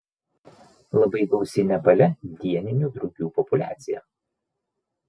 labai gausi nepale dieninių drugių populiacija